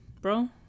bro